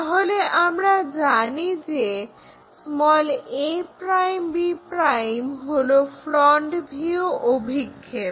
তাহলে আমরা জানি যে a'b' হলো ফ্রন্ট ভিউ অভিক্ষেপ